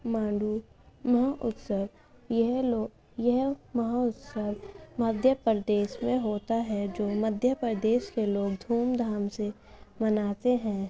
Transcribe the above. مانڈو مہوتسو یہ لوگ یہ مہا اتسو مدھیہ پردیش میں ہوتا ہے جو مدھیہ پردیش کے لوگ دھوم دھام سے مناتے ہیں